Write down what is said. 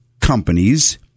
companies